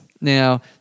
Now